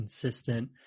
consistent